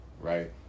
right